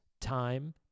time